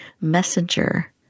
messenger